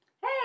Hey